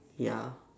ya